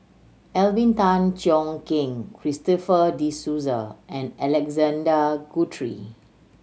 Alvin Tan Cheong Kheng Christopher De Souza and Alexander Guthrie